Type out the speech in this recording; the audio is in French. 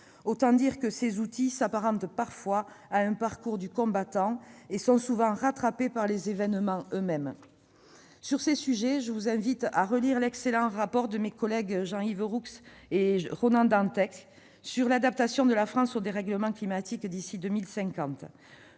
en oeuvre de ces outils s'apparente parfois à un parcours du combattant et est souvent rattrapée par les événements eux-mêmes. Sur ces sujets, je vous invite à relire l'excellent rapport de mes collègues Jean-Yves Roux et Ronan Dantec sur l'adaptation de la France aux dérèglements climatiques d'ici à 2050.